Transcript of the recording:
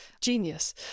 Genius